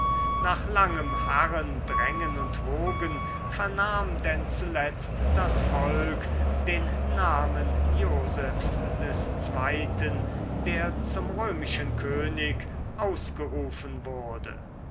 nach langem harren drängen und wogen vernahm denn zuletzt das volk den namen josephs des zweiten der zum römischen könig ausgerufen wurde